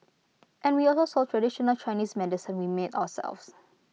and we also sold traditional Chinese medicine we made ourselves